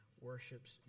worships